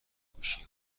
گوشی